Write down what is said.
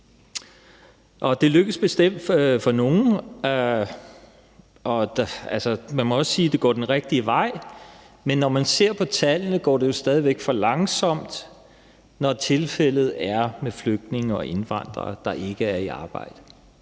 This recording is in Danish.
Det lykkes bestemt for nogle, og man må også sige, at det går den rigtige vej. Men når man ser på tallene, går det jo stadig væk for langsomt, når det handler om flygtninge og indvandrere, der ikke er i arbejde.